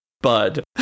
bud